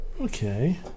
Okay